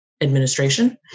administration